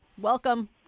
Welcome